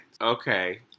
Okay